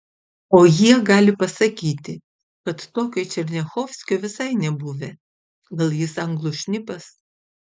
o jie gali pasakyti kad tokio černiachovskio visai nebuvę gal jis anglų šnipas